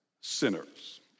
sinners